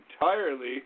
entirely